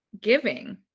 giving